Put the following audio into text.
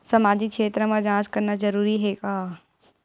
सामाजिक क्षेत्र म जांच करना जरूरी हे का?